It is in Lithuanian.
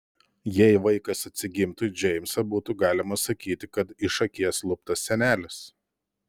jei vaikas atsigimtų į džeimsą būtų galima sakyti kad iš akies luptas senelis